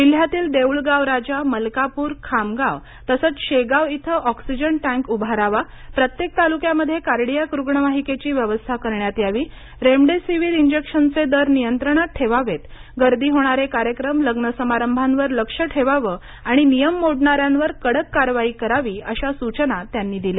जिल्ह्यातील देऊळगाव राजा मलकापूर खामगांव तसंच शेगांव इथं ऑक्सीजन टँक उभारावा प्रत्येक तालुक्यामध्ये कार्डीयाक रूग्णवाहिकेची व्यवस्था करण्यात यावी रेमेडेसिवीर इंजेक्शनचे दर नियंत्रणात ठेवावेत गर्दी होणारे कार्यक्रम लग्न समारंभावर लक्ष ठेवावे आणि नियम मोडणाऱ्यांवर कडक कारवाई करावी अशा सूचना त्यांनी दिल्या